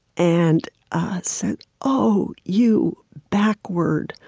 and say, oh, you backward,